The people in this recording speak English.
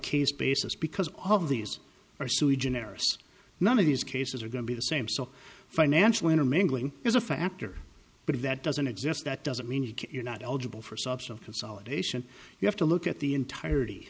case basis because all of these are sui generis none of these cases are going to be the same so financial intermingling is a factor but if that doesn't exist that doesn't mean you're not eligible for substance consolidation you have to look at the entire